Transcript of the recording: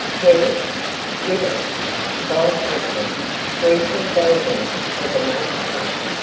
devils, women god help them shrieking beldams for the most part.